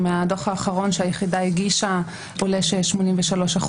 מהדוח האחרון שהיחידה הגישה עולה ש-83%